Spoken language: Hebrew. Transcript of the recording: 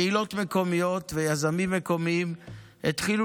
קהילות מקומיות ויזמים מקומיים התחילו